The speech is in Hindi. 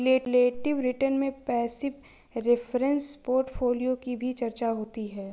रिलेटिव रिटर्न में पैसिव रेफरेंस पोर्टफोलियो की भी चर्चा होती है